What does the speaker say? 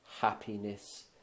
happiness